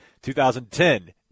2010